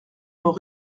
nos